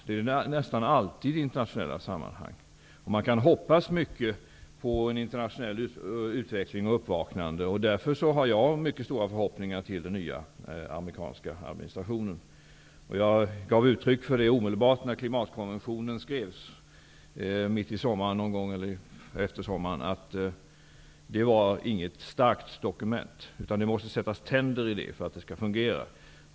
Det är det nästan alltid i internationella sammanhang. Man kan hoppas mycket på en internationell utveckling och ett uppvaknande. Jag har därför mycket stora förhoppningar till den nya amerikanska administrationen. Jag gav när klimatkonventionen skrevs mitt i sommaren, eller eftersommaren, omedelbart uttryck för att det inte var något starkt dokument. Det måste sättas tänder i det för att det skall fungera.